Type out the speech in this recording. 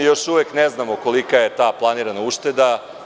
Još uvek ne znamo kolika je ta planirana ušteda.